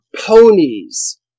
ponies